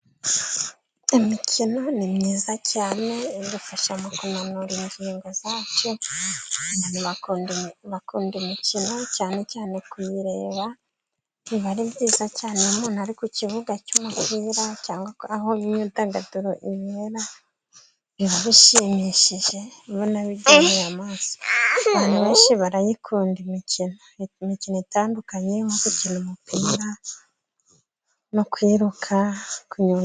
Imikino ni myiza cyane idufasha mu kunanura ingingo zacu. Abantu bakunda imikino cyane cyane kuyireba aba ari byiza cyane umuntu ari ku kibuga cy'umupira cyangwa aho imyidagaduro ibera biba bishimishije binogeye amaso. Abantu benshi barayikunda, imikino itandukanye mu gukina umupira no kwiruka kunyuranye.